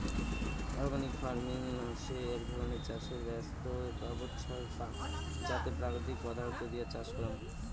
organic farming হসে এক ধরণের চাষের ব্যবছস্থা যাতে প্রাকৃতিক পদার্থ দিয়া চাষ করাং